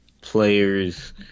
players